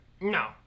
No